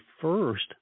first